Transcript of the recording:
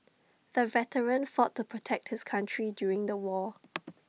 the veteran fought to protect his country during the war